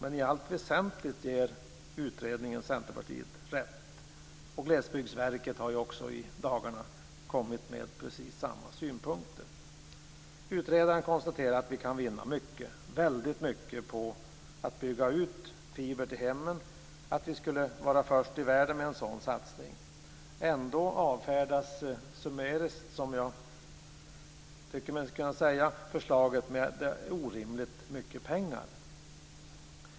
I allt väsentligt ger utredningen emellertid Centerpartiet rätt, och Glesbygdsverket har också i dagarna lagt fram precis samma synpunkter. Utredaren konstaterar att vi kan vinna väldigt mycket på att bygga ut fiber till hemmen och att vi skulle vara först i världen med en sådan satsning. Ändå avfärdas - summariskt, tycker jag mig kunna säga - förslaget med att det handlar om orimligt mycket pengar. Fru talman!